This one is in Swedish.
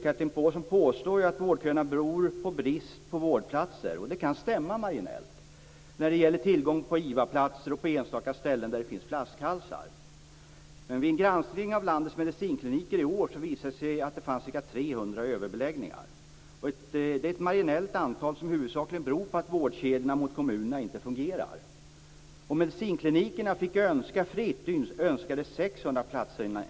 Chatrine Pålsson påstår ju att vårdköerna beror på brist på vårdplatser. Det kan stämma marginellt, när det gäller tillgång till IVA-platser och på enstaka ställen där det finns flaskhalsar. Men vid en granskning av landets medicinkliniker i år visade det sig att det fanns ca 300 överbeläggningar. Det är ett marginellt antal, som huvudsakligen beror på att vårdkedjorna gentemot kommunerna inte fungerar. Om medicinklinikerna fick önska fritt önskade de sig 600 platser i en enkät.